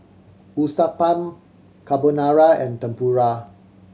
Uthapam Carbonara and Tempura